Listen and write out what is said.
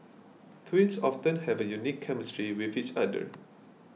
twins often have a unique chemistry with each other